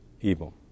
evil